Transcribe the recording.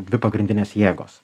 dvi pagrindinės jėgos